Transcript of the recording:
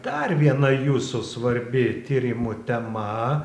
dar viena jūsų svarbi tyrimų tema